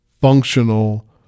functional